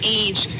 age